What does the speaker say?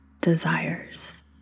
desires